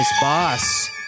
boss